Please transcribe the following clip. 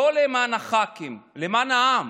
לא למען הח"כים, למען העם,